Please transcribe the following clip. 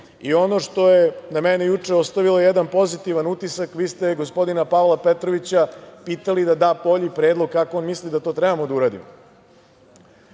što je na mene juče ostavilo jedan pozitivan utisak, vi ste gospodina Pavla Petrovića pitali da da bolji predlog kako on misli da to treba da uradimo.